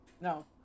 no